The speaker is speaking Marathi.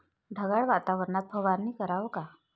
ढगाळ वातावरनात फवारनी कराव का?